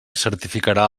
certificarà